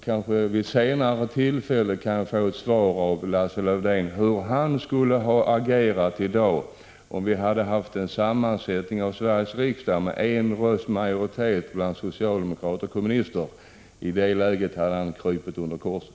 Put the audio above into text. Vid ett senare tillfälle kanske jag kan få ett svar av Lars-Erik Lövdén på frågan hur han skulle ha agerat i dag om vi hade haft en sådan sammansättning av Sveriges riksdag att det varit en rösts majoritet för socialdemokrater och kommunister. I det läget hade han krupit till korset.